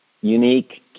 unique